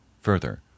Further